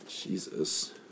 Jesus